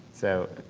so,